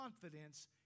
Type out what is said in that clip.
confidence